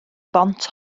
bont